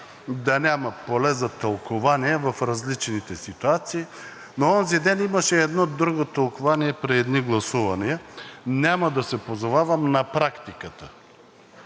да няма поле за тълкувания в различните ситуации, но онзи ден имаше едно друго тълкувание при едни гласувания. Няма да се позовавам на практиката